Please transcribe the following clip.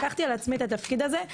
לקחתי על עצמי את התפקיד הזה,